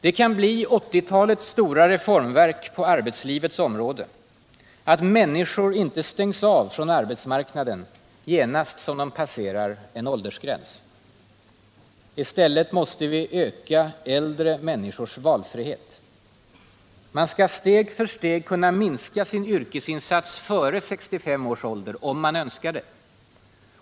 Det kan bli 1980-talets stora reformverk på arbetslivets område att människor inte stängs av från arbetsmarknaden genast som de passerar en åldersgräns. I stället måste vi öka äldre människors valfrihet. Man skall steg för steg kunna minska sin yrkesinsats före 65 års ålder — om man önskar det.